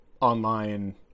online